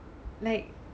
like